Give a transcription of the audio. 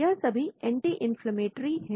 यह सभी anti inflammatory हैं